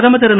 பிரதமர் திரு